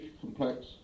complex